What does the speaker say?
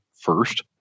first